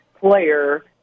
player